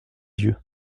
yeux